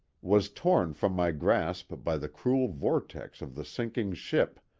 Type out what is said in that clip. was torn from my grasp by the cruel vortex of the sinking ship,